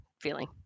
feeling